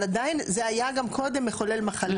זה היה גם קודם מחולל מחלה.